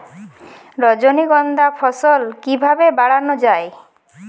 রজনীগন্ধা ফলন কিভাবে বাড়ানো যায়?